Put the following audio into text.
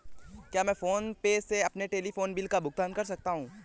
क्या मैं PhonePe से अपने टेलीफोन बिल का भुगतान कर सकता हूँ?